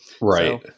Right